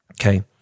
okay